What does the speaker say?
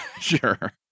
sure